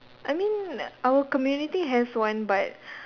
I mean our community has one but